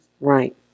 Right